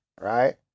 right